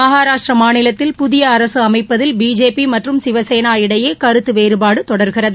மகாராஷ்டிர மாநிலத்தில் புதிய அரசு அமைப்பதில் பிஜேபி மற்றும் சிவசேனா இடையே கருத்து வேறுபாடு தொடர்கிறது